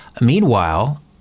Meanwhile